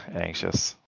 anxious